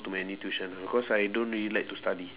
too any tuition ah cause I don't really like to study